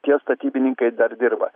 tie statybininkai dar dirba